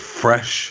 fresh